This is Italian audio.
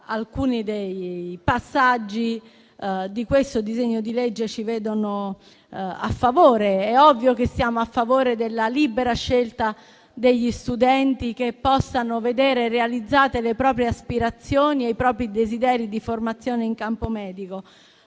alcuni passaggi di questo disegno di legge ci vedono a favore. È ovvio che siamo a favore della libera scelta degli studenti, affinché possano vedere realizzate le proprie aspirazioni e i propri desideri di formazione in campo medico.